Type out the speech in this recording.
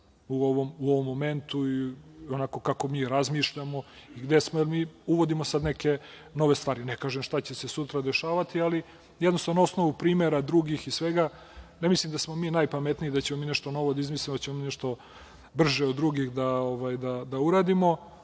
u ovom momentu i onako kako mi razmišljamo i mi uvodimo sad neke nove stvari. Ne kažem šta će se sutra dešavati, ali jednostavno na osnovu primera drugih i svega, ne mislim da smo mi najpametniji, da ćemo mi nešto novo da izmislimo, da ćemo mi nešto brže od drugih da uradimo,